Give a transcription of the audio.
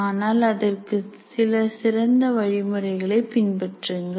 ஆனால் அதற்கு சில சிறந்த வழிமுறைகளை பின்பற்றுங்கள்